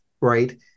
right